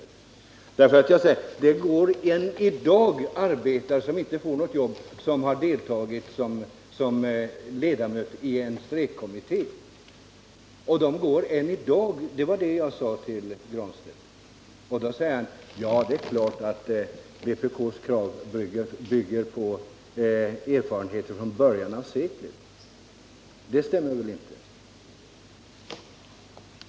Jag framhöll för herr Granstedt att det än i dag finns arbetare som inte får något jobb efter att ha deltagit som ledamöter i en strejkkommitté. På detta svarar herr Granstedt att vpk:s krav bygger på erfarenheter från början av seklet. Det stämmer inte.